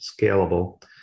scalable